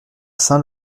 saint